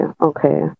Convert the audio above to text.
Okay